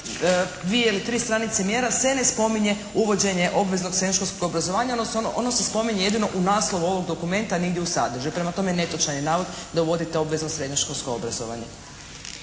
ili tri stranice mjera se ne spominje uvođenje obveznog srednjoškolskog obrazovanja, odnosno ono se spominje jedino u naslovu ovog dokumenta negdje u sadržaju. Prema tome, netočan je navod da uvodite obvezno srednjoškolsko obrazovanje.